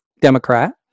Democrat